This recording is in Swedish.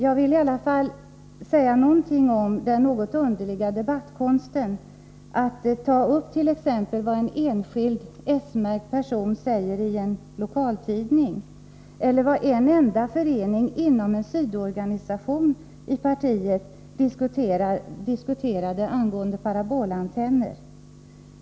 Jag vill dock säga någonting om den något underliga debattkonsten att ta upp det som en enskild s-medlem säger i en lokaltidning eller det som en enda förening inom en sidoorganisation till partiet diskuterade angående parabolantenner.